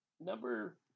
number